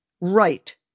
right